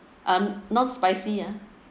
um not spicy ah